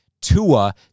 Tua